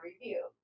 review